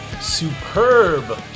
Superb